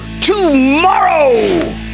tomorrow